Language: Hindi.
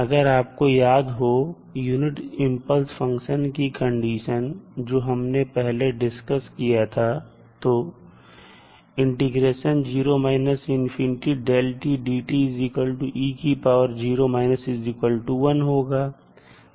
अगर आपको याद हो यूनिट इंपल्स फंक्शन की कंडीशन जो हमने पहले डिस्कस किया था तो होगा